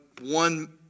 one